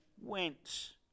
went